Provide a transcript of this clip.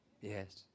yes